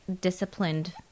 disciplined